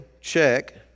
check